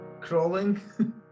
crawling